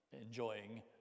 enjoying